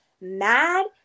mad